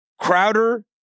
Crowder